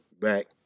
back